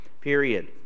Period